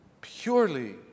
purely